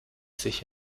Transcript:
sich